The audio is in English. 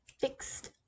fixed